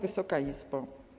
Wysoka Izbo!